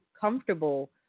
comfortable